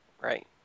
Right